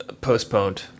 postponed